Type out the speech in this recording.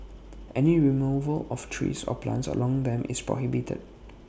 any removal of trees or plants along them is prohibited